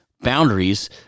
boundaries